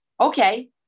okay